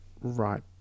right